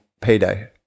payday